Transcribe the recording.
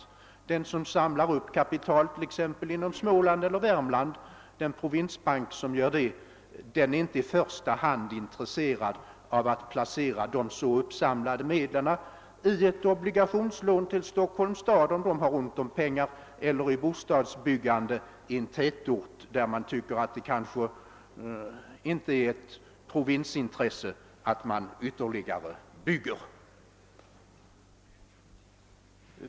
Den provinsbank som samlar upp kapital i t.ex. Småland eller Värmland är inte i första hand intresserad av att placera dessa medel i ett obligationslån till Stockholms stad, om den har ont om pengar, eller i bostadsbyggande på en annan tätort, där sådant inte anses vara ett provinsintresse.